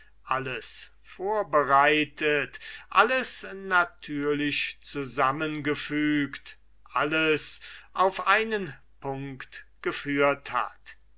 alles vorbereitet alles natürlich zusammengefügt alles auf einen punkt geführt hat